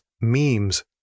memes